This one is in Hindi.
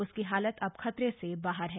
उसकी हालत अब खतरे से बाहर है